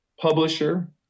publisher